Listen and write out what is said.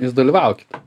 jūs dalyvaukit